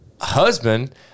husband